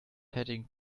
heading